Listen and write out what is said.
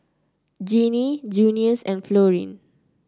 Jeannine Junius and Florene